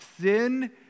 Sin